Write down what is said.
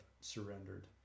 surrendered